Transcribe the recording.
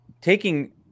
taking